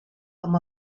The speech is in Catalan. amb